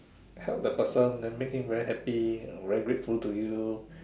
help the person then make him very happy very grateful to you